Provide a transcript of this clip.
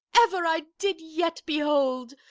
ever, i did yet behold!